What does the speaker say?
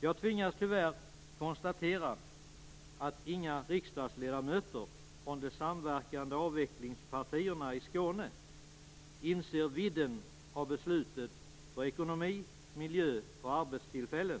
Jag tvingas tyvärr konstatera att inga riksdagsledamöter från de samverkande avvecklingspartierna i Skåne inser vidden av beslutet för ekonomi, miljö och arbetstillfällen.